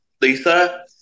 Lisa